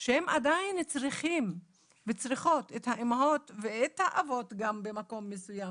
שהם עדיין צריכים וצריכות את האמהות ואת האבות גם במקום מסוים.